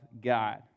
God